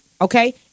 okay